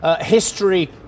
history